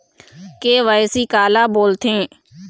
KYC काला बोलथें?